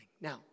Now